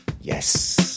yes